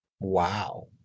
Wow